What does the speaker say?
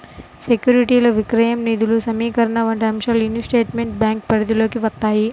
సెక్యూరిటీల విక్రయం, నిధుల సమీకరణ వంటి అంశాలు ఇన్వెస్ట్మెంట్ బ్యాంకింగ్ పరిధిలోకి వత్తాయి